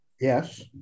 Yes